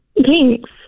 Thanks